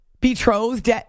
betrothed